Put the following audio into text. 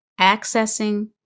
accessing